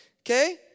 Okay